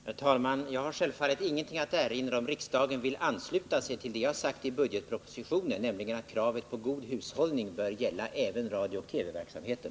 Herr talman! Jag har självfallet ingenting att erinra, om riksdagen vill ansluta sig till det jag har anfört i budgetpropositionen, nämligen att kravet på god hushållning bör gälla även beträffande radiooch TV-verksamheten.